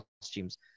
costumes